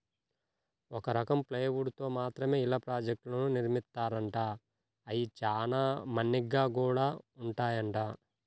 ఒక రకం ప్లైవుడ్ తో మాత్రమే ఇళ్ళ ప్రాజెక్టులను నిర్మిత్తారంట, అయ్యి చానా మన్నిగ్గా గూడా ఉంటాయంట